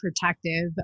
protective